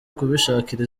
kubishakira